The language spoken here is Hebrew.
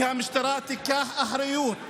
שהמשטרה תיקח אחריות,